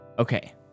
Okay